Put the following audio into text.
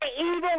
evil